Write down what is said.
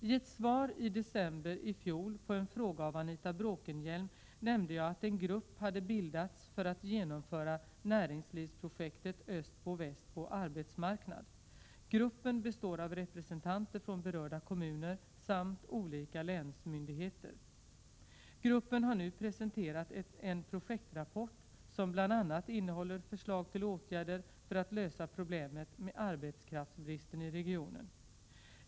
I ett svar i december i fjol på en fråga av Anita Bråkenhielm nämnde jag att en grupp hade bildats för att genomföra näringslivsprojektet Östbo— Västbo arbetsmarknad. Gruppen består av representanter från berörda kommuner samt olika länsmyndigheter. Gruppen har nu presenterat en projektrapport som bl.a. innehåller förslag till åtgärder för att lösa problemet med arbetskraftsbristen i regionen.